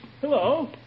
Hello